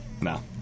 No